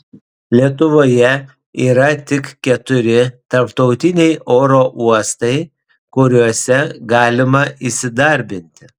lietuvoje yra tik keturi tarptautiniai oro uostai kuriuose galima įsidarbinti